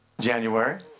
January